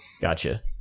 Gotcha